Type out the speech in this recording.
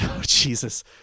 Jesus